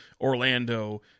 Orlando